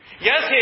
Yes